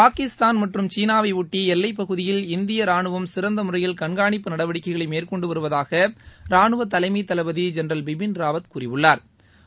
பாகிஸ்தான் மற்றும் சீனாவையொட்டி எல்வைப்பகுதியில் இந்திய ரானுவம் சிறந்த முறையில் கண்காணிப்பு நடவடிக்கைகளை மேற்கொண்டு வருவதாக ராணுவ தலைமை தளபதி ஜெனரல் பிபின் ராவத் கூறியுள்ளா்